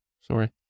Sorry